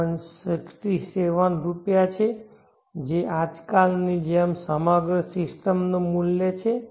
67 રૂપિયા છે જે આજકાલની જેમ સમગ્ર સિસ્ટમનું મૂલ્ય છે